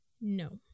No